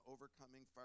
Overcoming